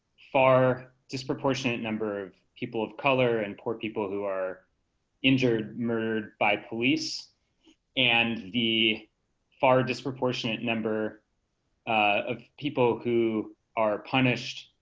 far disproportionate number of people of color and poor people who are injured murdered by police and the far disproportionate number of people who are punished.